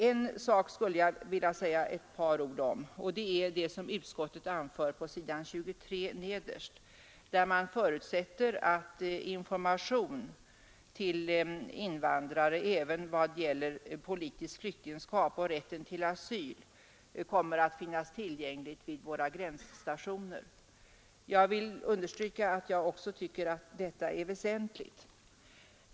En annan sak som jag också vill säga några ord om är vad utskottet anför nederst på s. 23, där det sägs att utskottet förutsätter att information till invandrare även i vad gäller politiskt flyktingskap och rätten till asyl kommer att finnas tillgänglig vid våra gränsstationer. Jag vill understryka att även jag tycker att det är väsentligt.